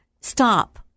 stop